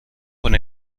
con